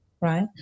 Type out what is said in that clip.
right